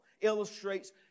illustrates